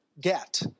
get